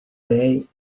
lei